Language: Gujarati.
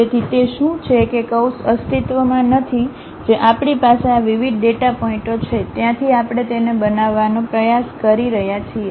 તેથી તે શું છે કે કર્વ્સ અસ્તિત્વમાં નથી જે આપણી પાસે આ વિવિધ ડેટા પોઇન્ટઓ છે ત્યાંથી આપણે તેને બનાવવાનો પ્રયાસ કરી રહ્યા છીએ